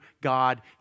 God